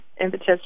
impetus